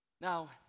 Now